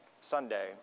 Sunday